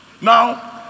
Now